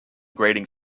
grating